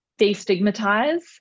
destigmatize